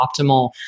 optimal